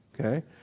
Okay